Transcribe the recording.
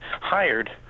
hired